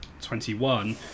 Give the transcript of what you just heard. Twenty-one